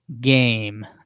game